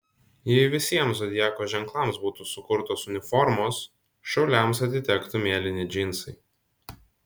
jei visiems zodiako ženklams būtų sukurtos uniformos šauliams atitektų mėlyni džinsai